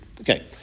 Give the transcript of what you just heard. Okay